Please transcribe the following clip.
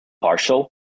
partial